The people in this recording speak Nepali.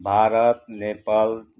भारत नेपाल